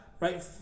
Right